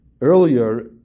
earlier